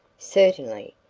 certainly,